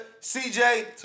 CJ